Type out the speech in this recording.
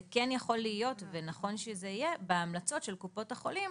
זה כן יכול להיות ונכון שזה יהיה בהמלצות של קופות החולים,